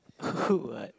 !woohoo! what